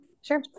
Sure